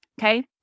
okay